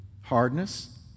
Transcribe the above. hardness